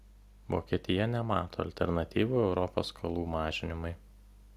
vokietija nemato alternatyvų europos skolų mažinimui